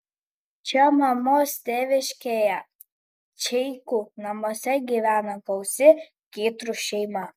čia mamos tėviškėje čeikų namuose gyveno gausi kytrų šeima